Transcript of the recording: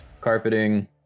carpeting